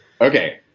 Okay